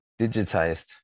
digitized